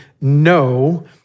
no